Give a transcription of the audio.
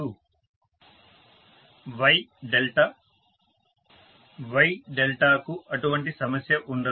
student Y delta professor Y డెల్టాకు అటువంటి సమస్య ఉండదు